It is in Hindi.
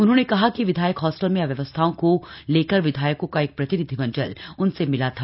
उन्होंने कहा कि विधायक हॉस्टल में अव्यवस्थाओं को लेकर विधायकों का एक प्रतिनिधिमंडल उनसे मिला था